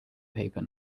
paper